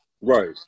Right